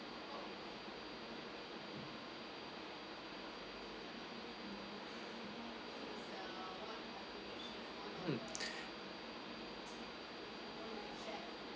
mm